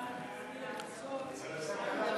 סעיפים 1